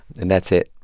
and that's it